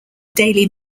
daily